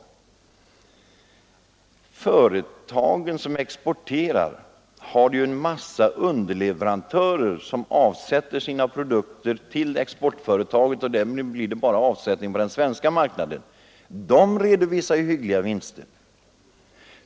De företag som exporterar har en massa underleverantörer som avsätter sina produkter till exportföretaget, och därmed har de avsättning bara på den svenska marknaden. De redovisar ju hyggliga vinster.